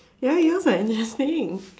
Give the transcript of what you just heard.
ya it looks like nothing